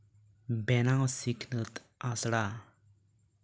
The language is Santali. ᱵᱮᱱᱟᱣ ᱥᱤᱠᱷᱱᱟᱹᱛ ᱟᱥᱲᱟ